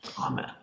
Amen